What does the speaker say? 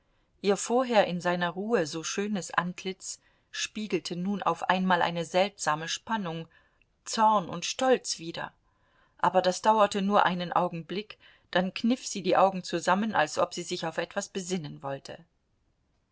ihr vorher in seiner ruhe so schönes antlitz spiegelte nun auf einmal eine seltsame spannung zorn und stolz wider aber das dauerte nur einen augenblick dann kniff sie die augen zusammen als ob sie sich auf etwas besinnen wollte